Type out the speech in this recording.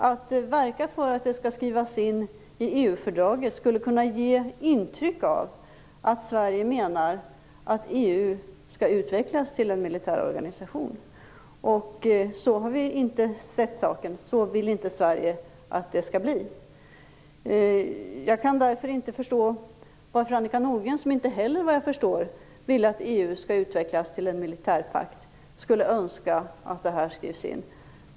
Att verka för att det skall skrivas in i EU-fördraget skulle kunna ge intryck av att Sverige menar att EU skall utvecklas till en militär organisation. Så har vi inte sett saken. Så vill inte Sverige att det skall bli. Jag kan därför inte förstå varför Annika Nordgren, som inte heller vad jag förstår vill att EU skall utvecklas till en militärpakt, skulle önska att det här skrevs in.